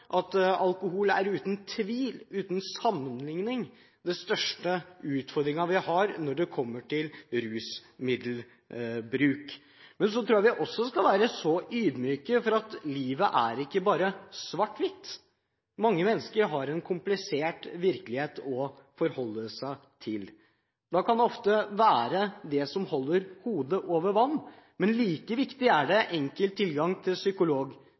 at alkohol er uten tvil, uten sammenligning, den største utfordringen vi har når det kommer til rusmiddelbruk. Men så tror jeg vi også skal være ydmyke for at livet ikke bare er svart-hvitt. Mange mennesker har en komplisert virkelighet å forholde seg til. Da kan det ofte være det som holder hodet over vannet. Like viktig er enkel tilgang til